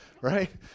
right